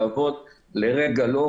לרגע לא,